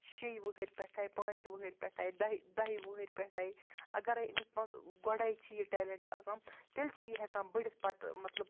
شیٚیہِ وہٕرۍ پٮ۪ٹھٔے پانٛژِ وہٕرۍ پٮ۪ٹھٔے دَہہِ دَہہِ وہٕرۍ پٮ۪ٹھٔے اَگَرٔے أمِس منٛز ٲں گۄڈٔے چھُ یہِ ٹیلیٚنٛٹ آسان تیٚلہِ چھُ یہِ ہیٚکان بٔڑھِتھ پَتہٕ ٲں مطلب